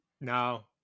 No